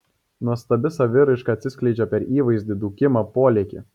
nuostabi saviraiška atsiskleidžia per įvaizdį dūkimą polėkį